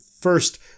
First